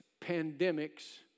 pandemics